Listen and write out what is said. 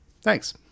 Thanks